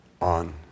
on